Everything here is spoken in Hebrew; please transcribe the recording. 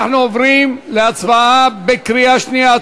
אנחנו עוברים להצבעה בקריאה שנייה.